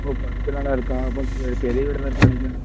ஓ பத்து நிலவு இருக்கா அப்போ பெரிய வீடாக தான் இருக்கும்னு நினக்கிறேன்